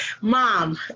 mom